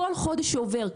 כל חודש שעובר,